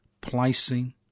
placing